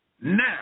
Now